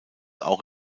auch